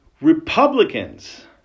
Republicans